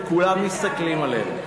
וכולם מסתכלים עלינו.